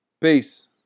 Peace